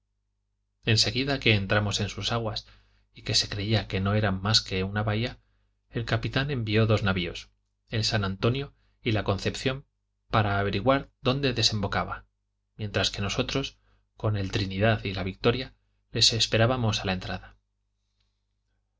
seguida que entramos en sus aguas que se creía que no eran mas que una bahía el capitán envió dos navios el san antonio y la concepciónj para averiguar dónde desembocaba mientras que nosotros con el trinidad y la victoria les esperamos a la entrada